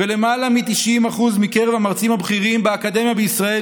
ולברך במיוחד את הסטודנטיות הערביות,